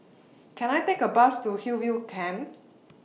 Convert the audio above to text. Can I Take A Bus to Hillview Camp